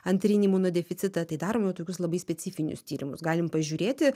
antrinį imunodeficitą tai darom jau tokius labai specifinius tyrimus galim pažiūrėti